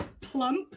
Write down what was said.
Plump